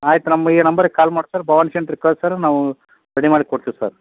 ಆಯ್ತು ನಮ್ಮ ಈ ನಂಬರಿಗೆ ಕಾಲ್ ಮಾಡಿ ಸರ್ ಭವಾನಿ ಸೆಂಟ್ರಿಗೆ ಕಳ್ಸದ್ರೆ ನಾವು ರೆಡಿ ಮಾಡಿಕೊಡ್ತೀವಿ ಸರ್